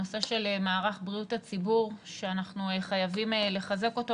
הנושא של מערך בריאות הציבור שאנחנו חייבים לחזק אותו.